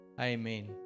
amen